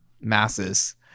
masses